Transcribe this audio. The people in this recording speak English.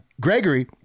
Gregory